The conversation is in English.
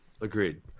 agreed